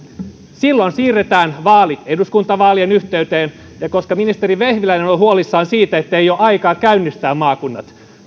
siirretään vaalit eduskuntavaalien yhteyteen ja koska ministeri vehviläinen on on huolissaan siitä ettei ole aikaa käynnistää maakuntia